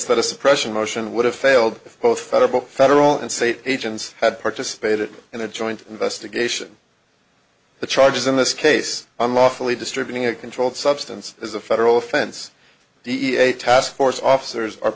a suppression motion would have failed both federal federal and state agents had participated in a joint investigation the charges in this case unlawfully distributing a controlled substance is a federal offense d e a task force officers are